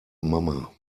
mama